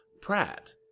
Pratt